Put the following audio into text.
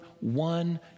one